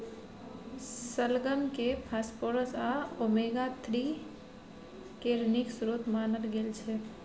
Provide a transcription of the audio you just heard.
शलगम केँ फास्फोरस आ ओमेगा थ्री केर नीक स्रोत मानल गेल छै